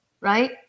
right